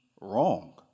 wrong